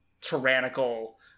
tyrannical